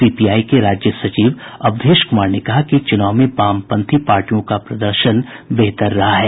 CPI के राज्य सचिव अवधेश कुमार ने कहा कि चुनाव में वामपंथी पार्टियों का प्रदर्शन बेहतर रहा है